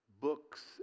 books